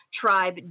Tribe